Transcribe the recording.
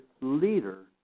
leader